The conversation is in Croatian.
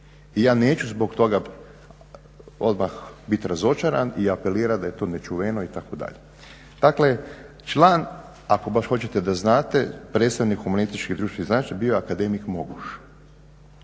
I ja neću zbog toga odmah biti razočaran i apelirat da je to nečuveno itd. Dakle, član ako baš hoćete da znate predstavnik humanističkih društvenih znanosti je bio akademik Moguš.